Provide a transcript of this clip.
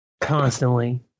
constantly